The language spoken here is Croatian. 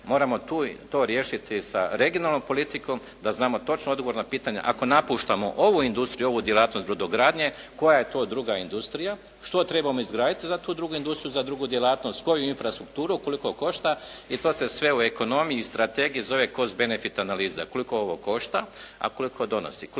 Moramo to riješiti sa regionalnom politikom, da znamo točan odgovor na pitanje, ako napuštamo ovu industriju, ovu djelatnost brodogradnje, koja je to druga industrija, što trebamo izgraditi za tu drugu industriju drugu djelatnost, koju infrastrukturu, koliko košta i to se sve u ekonomiji i strategiji zove "Cost-benefit" analiza. Koliko ovo košta, a koliko donosi?